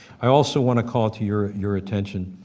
i also want to call to your your attention